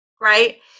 right